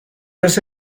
vez